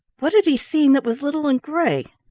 what had he seen that was little and gray?